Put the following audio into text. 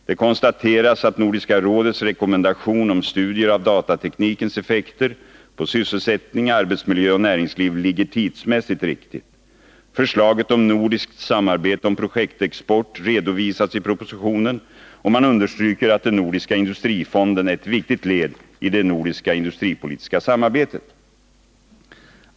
Det konstateras att Nordiska rådets rekommendation om studier av datateknikens effekter på sysselsättning, arbetsmiljö och näringsliv ligger tidsmässigt riktigt. Förslaget om nordiskt samarbete om projektexport redovisas i propositionen, och man understryker att den Nordiska industrifonden är ett viktigt led i det nordiska industripolitiska samarbetet.